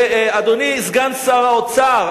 ואדוני סגן שר האוצר,